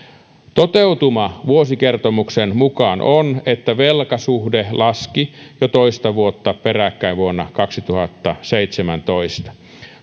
toteutuma vuosikertomuksen mukaan on että velkasuhde laski jo toista vuotta peräkkäin vuonna kaksituhattaseitsemäntoista